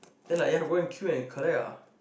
then like ya go and queue and collect ah